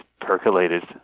percolated